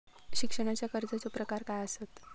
शिक्षणाच्या कर्जाचो प्रकार काय आसत?